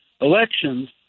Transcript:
elections